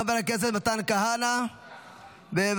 חבר הכנסת מתן כהנא, בבקשה.